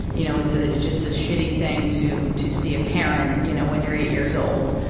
you know, it's ah just a shitty thing to to see a parent, you know, when you're eight years old,